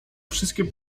wszystkie